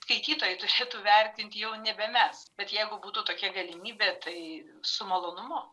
skaitytojai turėtų vertint jau nebe mes bet jeigu būtų tokia galimybė tai su malonumu